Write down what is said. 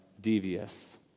devious